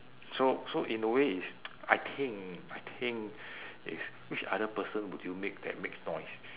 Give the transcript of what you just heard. so so in a way is I think I think is which other person would you make that makes noise